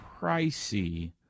pricey